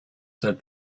said